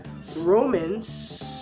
Romans